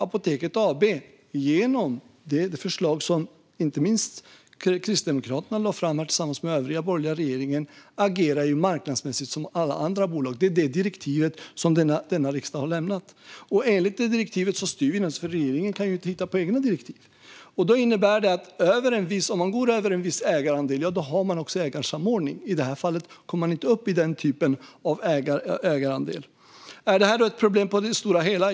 Apoteket AB agerar, genom det förslag som Kristdemokraterna lade fram tillsammans med den övriga borgerliga regeringen, marknadsmässigt som alla andra bolag. Det är det direktiv som denna riksdag har gett. Det är detta direktiv som styr, för regeringen kan inte hitta på egna direktiv, och det innebär att man har ägarsamordning om man går över en viss ägarandel. I det här fallet kommer man inte upp till en sådan nivå på ägarandelen. Är då detta ett problem på det stora hela?